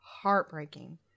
heartbreaking